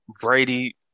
Brady